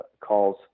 calls